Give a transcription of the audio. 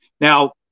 Now